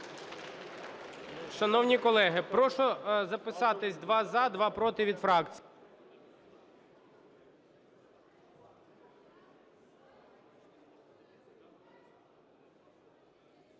Шановні колеги, прошу записатися: два – за, два – проти, від фракцій.